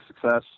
success